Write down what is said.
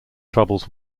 troubles